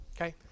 okay